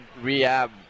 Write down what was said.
rehab